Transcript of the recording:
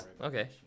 okay